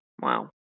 Wow